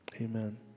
Amen